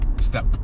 step